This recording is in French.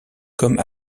comme